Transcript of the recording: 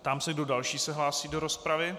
Ptám se, kdo další se hlásí do rozpravy.